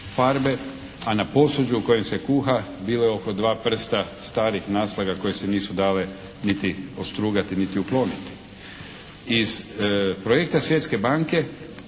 a na posuđu u kojem se kuha bilo je oko 2 prsta starih naslaga koje se nisu dale niti ostrugati niti ukloniti. Iz projekta Svjetske banke